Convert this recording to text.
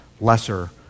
lesser